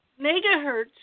megahertz